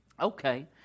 Okay